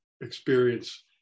experience